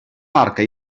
barca